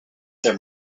there